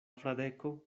fradeko